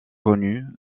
connus